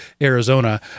Arizona